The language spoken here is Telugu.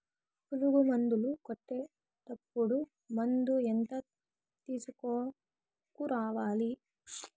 పులుగు మందులు కొట్టేటప్పుడు మందు ఎంత తీసుకురావాలి?